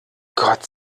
gott